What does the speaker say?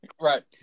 Right